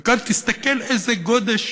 וכאן, תסתכל איזה גודש